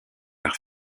par